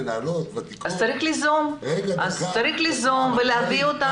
אז צריך ליזום ולהביא אותם.